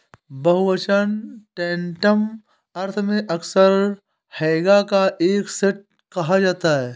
बहुवचन टैंटम अर्थ में अक्सर हैगा का एक सेट कहा जाता है